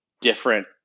different